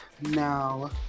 now